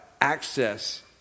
access